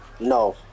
No